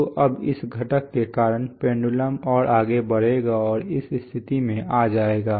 तो अब इस घटक के कारण यह पेंडुलम और आगे बढ़ेगा और इस स्थिति में आ जाएगा